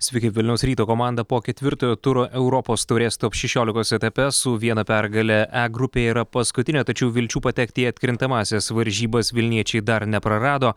sveiki vilniaus ryto komanda po ketvirtojo turo europos taurės top šešiolikos etape su viena pergale e grupėje yra paskutinė tačiau vilčių patekti į atkrintamąsias varžybas vilniečiai dar neprarado